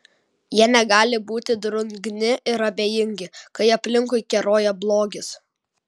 jie negali būti drungni ir abejingi kai aplinkui keroja blogis